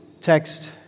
text